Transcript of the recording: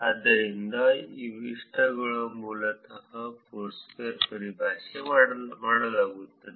ಆದ್ದರಿಂದ ಇಷ್ಟಗಳನ್ನು ಮೂಲತಃ ಫೋರ್ಸ್ಕ್ವೇರ್ ಪರಿಭಾಷೆಯಲ್ಲಿ ಮಾಡಲಾಗುತ್ತದೆ